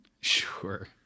sure